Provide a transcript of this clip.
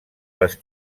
les